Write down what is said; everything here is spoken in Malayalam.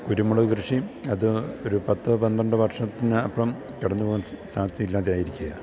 കുരുമുളക് കൃഷി അത് ഒരു പത്തോ പന്ത്രണ്ടോ വർഷത്തിന് അപ്പുറം കടന്നു പോകാൻ സ സാധ്യതയില്ലാതായിരിക്കുകയാണ്